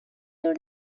your